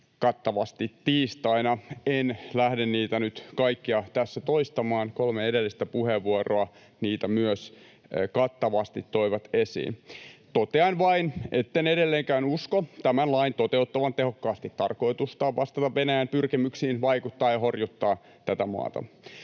kattavasti jo tiistaina, ja en lähde niitä nyt kaikkia tässä toistamaan. Kolme edellistä puheenvuoroa niitä myös kattavasti toivat esiin. Totean vain, etten edelleenkään usko tämän lain toteuttavan tehokkaasti tarkoitustaan vastata Venäjän pyrkimyksiin vaikuttaa ja horjuttaa tätä maata.